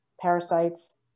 parasites